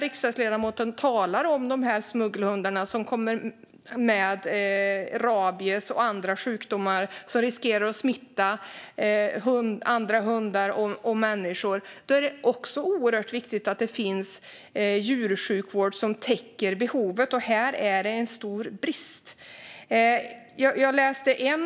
Riksdagsledamoten talar ju om smuggelhundar med rabies och andra sjukdomar. De riskerar att smitta andra hundar och människor, och då är det viktigt att det finns djursjukvård som täcker behovet. Och här råder stor brist.